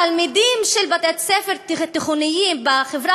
התלמידים של בתי-הספר התיכוניים בחברה